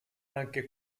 anche